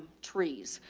trees.